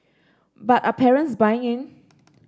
but are parents buying in